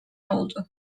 oldu